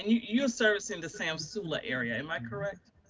and you, you servicing the samsula area, am i correct?